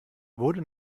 wurde